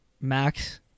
Max